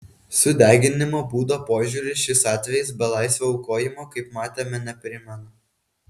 sudeginimo būdo požiūriu šis atvejis belaisvio aukojimo kaip matėme neprimena